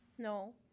No